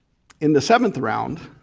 in the seventh round,